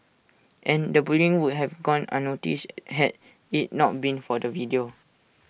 and the bullying would have gone unnoticed had IT not been for the video